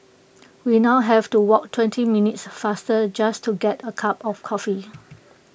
we now have to walk twenty minutes farther just to get A cup of coffee